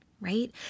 Right